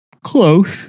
close